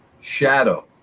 shadow